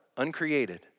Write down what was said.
uncreated